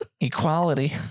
Equality